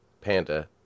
Panda